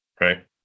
right